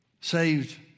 saved